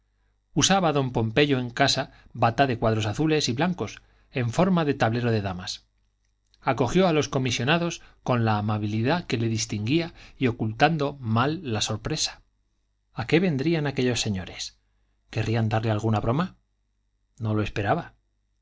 usaba don pompeyo en casa bata de cuadros azules y blancos en forma de tablero de damas acogió a los comisionados con la amabilidad que le distinguía y ocultando mal la sorpresa a qué vendrían aquellos señores querrían darle alguna broma no lo esperaba